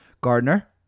gardner